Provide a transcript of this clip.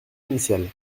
initiale